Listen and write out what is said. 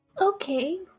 Okay